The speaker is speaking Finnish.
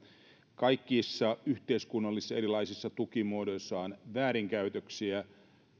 kaikissa erilaisissa yhteiskunnallisissa tukimuodoissa on väärinkäytöksiä